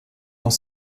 dans